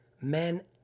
men